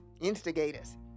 instigators